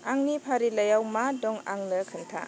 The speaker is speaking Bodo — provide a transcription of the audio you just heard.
आंनि फारिलाइआव मा दं आंनो खोन्था